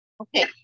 Okay